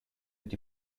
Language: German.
die